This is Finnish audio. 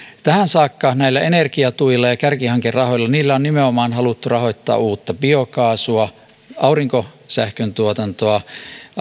tähän saakka näillä energiatuilla ja kärkihankerahoilla on nimenomaan haluttu rahoittaa uutta biokaasua aurinkosähkön tuotantoa